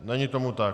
Není tomu tak.